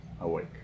awake